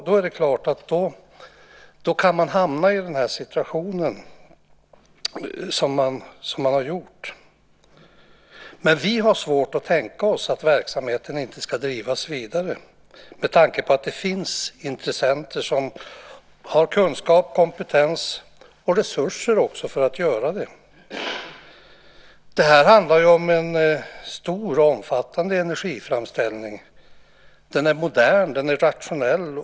Då är det klart att man kan hamna i den här situationen, som man också har gjort. Men vi har svårt att tänka oss att verksamheten inte ska drivas vidare med tanke på att det finns intressenter som har kunskap, kompetens och också resurser för att göra det. Det här handlar ju om en stor och omfattande energiframställning. Den är modern. Den är rationell.